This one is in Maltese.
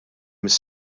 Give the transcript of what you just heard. mis